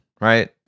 right